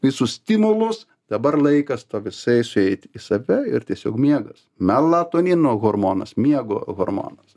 visus stimulus dabar laikas to visai sueiti į save ir tiesiog miegas melatonino hormonas miego hormonas